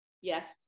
Yes